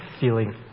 feeling